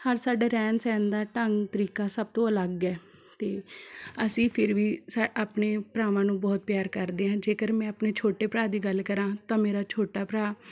ਹਰ ਸਾਡਾ ਰਹਿਣ ਸਹਿਣ ਦਾ ਢੰਗ ਤਰੀਕਾ ਸਭ ਤੋਂ ਅਲੱਗ ਹੈ ਅਤੇ ਅਸੀਂ ਫਿਰ ਵੀ ਆਪਣੇ ਭਰਾਵਾਂ ਨੂੰ ਬਹੁਤ ਪਿਆਰ ਕਰਦੇ ਹਾਂ ਜੇਕਰ ਮੈਂ ਆਪਣੇ ਛੋਟੇ ਭਰਾ ਦੀ ਗੱਲ ਕਰਾਂ ਤਾਂ ਮੇਰਾ ਛੋਟਾ ਭਰਾ